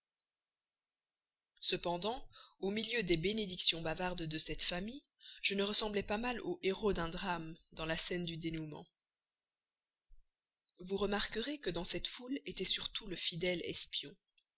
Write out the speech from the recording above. cependant au milieu des bénédictions bavardes de cette famille je ne ressemblais pas mal au héros d'un drame dans la scène du dénouement vous remarquerez que dans cette foule était surtout le fidèle espion